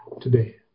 today